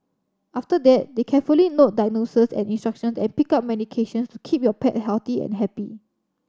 after that they carefully note diagnoses and instruction and pick up medications to keep your pet healthy and happy